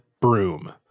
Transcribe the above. broom